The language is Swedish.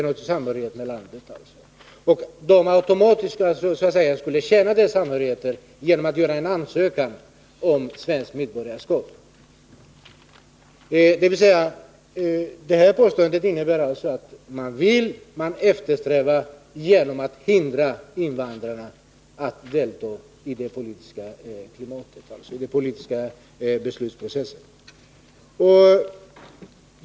Men de skulle enligt Daniel Tarschys automatiskt känna den samhörigheten genom att inlämna en ansökan om svenskt medborgarskap. Daniel Tarschys påstående innebär att man vill och eftersträvar att invandrarna skall delta i politiken och att man gör det genom att hindra dem från att delta i den politiska beslutsprocessen.